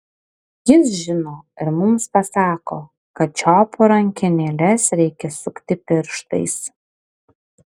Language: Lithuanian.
jis žino ir mums pasako kad čiaupo rankenėles reikia sukti pirštais